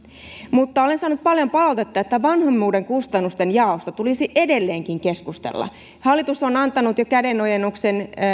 mutta olen saanut paljon palautetta että vanhemmuuden kustannusten jaosta tulisi edelleenkin keskustella hallitus on antanut jo käden ojennuksen